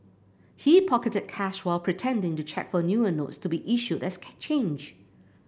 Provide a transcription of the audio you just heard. he pocketed cash while pretending to check for newer notes to be issued as change